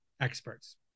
experts